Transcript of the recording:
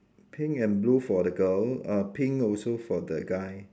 pink and blue for the girl uh pink also for the guy